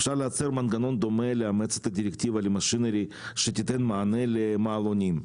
אפשר לייצר מנגנון דומה לאמץ את הדירקטיבה למשינרי שתתן מענה למעלונים.